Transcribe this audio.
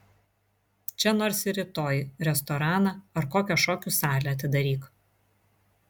čia nors ir rytoj restoraną ar kokią šokių salę atidaryk